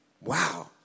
Wow